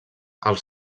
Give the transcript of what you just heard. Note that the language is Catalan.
els